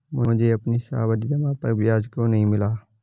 मुझे अपनी सावधि जमा पर ब्याज क्यो नहीं मिला?